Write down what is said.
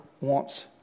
wants